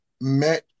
Met